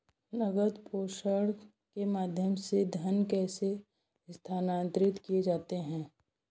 नकद प्रेषण के माध्यम से धन कैसे स्थानांतरित किया जाता है?